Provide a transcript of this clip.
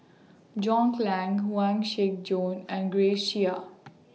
John Clang Huang Shiqi Joan and Grace Chia